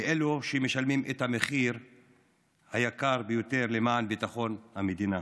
בפני אלו שמשלמים את המחיר היקר ביותר למען ביטחון המדינה.